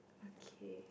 okay